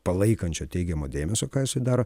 palaikančio teigiamo dėmesio ką jisai daro